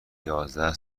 یازده